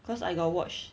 cause I got watch